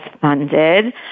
funded